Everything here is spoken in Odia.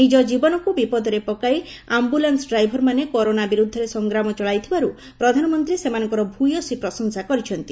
ନିଜ ଜୀବନକୁ ବିପଦରେ ପକାଇ ଆୟୁଲାନ୍ସ ଡ୍ରାଇଭରମାନେ କରୋନା ବିରୁଦ୍ଧରେ ସଂଗ୍ରାମ ଚଳାଇଥିବାରୁ ପ୍ରଧାନମନ୍ତ୍ରୀ ସେମାନଙ୍କର ଭୂୟସୀ ପ୍ରଶଂସା କରିଛନ୍ତି